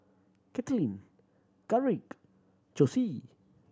Kaitlin Garrick Josie